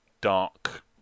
dark